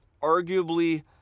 arguably